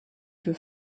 für